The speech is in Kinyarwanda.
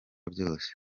byose